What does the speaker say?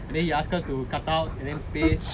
then he ask us to cut out and then paste